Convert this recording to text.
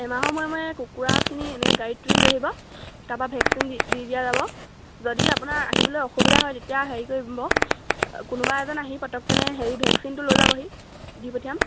এমাহৰ মূৰে মূৰে কুকুৰাখিনি এনেকৈ গাড়ীত তুলি লৈ আহিব তাৰপৰা ভেকচিন দি দি দিয়া যাব যদি আপোনাৰ আহিবলৈ অসুবিধা হয় তেতিয়া হেৰি কৰিব কোনোবা এজন আহি পটককেনে হেৰি ভেকচিনটো লৈ যাবহি দি পঠিয়াম